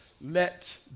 let